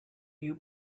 you